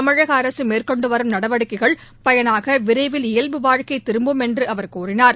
தமிழக அரசு மேற்கொன்டு வரும் நடவடிக்கைகள் பயனாக விரைவில் இயல்பு வாழ்க்கை திரும்பும் என்று அவர் கூறினார்